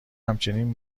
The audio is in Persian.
همچنین